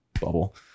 bubble